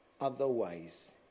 Otherwise